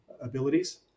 abilities